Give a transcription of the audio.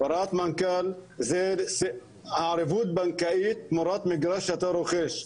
הוראת מנכ"ל זה הערבות בנקאית תמורת מגרש שאתה רוכש,